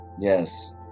Yes